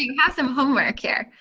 you you have some homework here.